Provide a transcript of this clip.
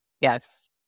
Yes